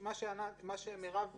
מה שמרב ציינה,